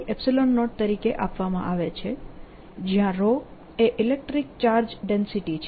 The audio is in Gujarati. E0 તરીકે આપવામાં આવે છે જ્યાં એ ઇલેક્ટ્રીક ચાર્જ ડેન્સિટી છે